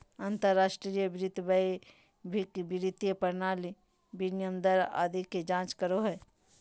अंतर्राष्ट्रीय वित्त वैश्विक वित्तीय प्रणाली, विनिमय दर आदि के जांच करो हय